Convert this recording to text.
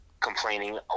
complaining